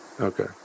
Okay